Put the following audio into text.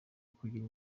kugira